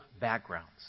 backgrounds